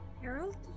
Harold